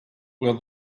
will